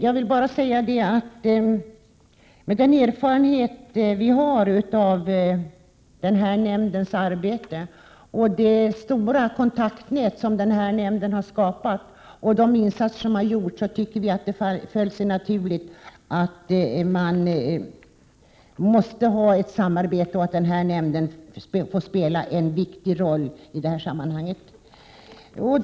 Mot bakgrund av den erfarenhet vi har av denna nämnds arbete, det stora kontaktnät som nämnden har skapat och de insatser som har gjorts, tycker vi att det faller sig naturligt att man måste ha ett samarbete och att denna nämnd skall få spela en viktig roll i detta sammanhang. Herr talman!